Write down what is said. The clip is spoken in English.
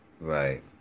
right